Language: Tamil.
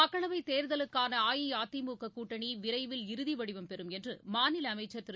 மக்களவைத் தேர்தலுக்கான அஇஅதிமுக கூட்டணி விரைவில் இறுதிவடிவம் பெறும் என்று மாநில அமைச்சர் திரு